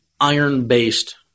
iron-based